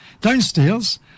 Downstairs